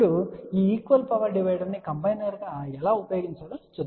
ఇప్పుడు ఈ equal power divider ని కంబైనర్ గా ఎలా ఉపయోగించవచ్చో చూద్దాం